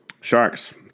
Sharks